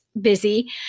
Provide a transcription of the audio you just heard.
busy